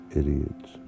idiots